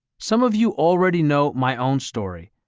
some of you already know my own story,